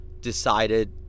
decided